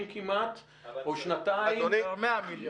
כמעט או שנתיים -- לשחרר 100 מיליון.